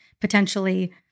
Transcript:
potentially